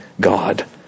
God